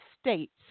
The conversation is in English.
states